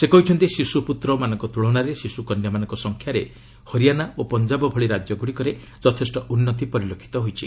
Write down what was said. ସେ କହିଛନ୍ତି ଶିଶୁ ପୁତ୍ର ତୁଳନାରେ ଶିଶୁ କନ୍ୟାମାନଙ୍କ ସଂଖ୍ୟାରେ ହରିଆନା ଓ ପଞ୍ଜାବ ଭଳି ରାଜ୍ୟଗୁଡ଼ିକରେ ଯଥେଷ୍ଟ ଉନ୍ତି ପରିଲକ୍ଷିତ ହୋଇଛି